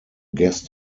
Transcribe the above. guest